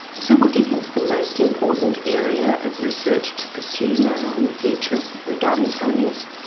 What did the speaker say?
so what do you think is the most important area of research to pursue now in the future, regarding telomeres?